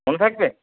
মনে থাকবে